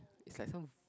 it's like some